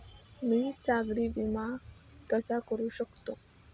मी सागरी विमा कसा करू शकतो?